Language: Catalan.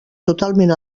totalment